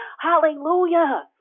Hallelujah